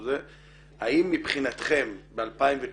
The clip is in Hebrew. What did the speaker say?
האם מבחינתכם ב-2019